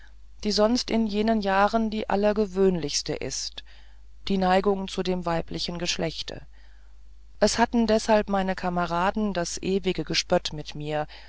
die sonst in jenen jahren die allergewöhnlichste ist die neigung zu dem weiblichen geschlechte es hatten deshalb meine kameraden das ewige gespött mit mir